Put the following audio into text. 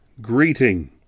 greeting